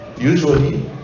Usually